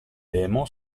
demo